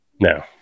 No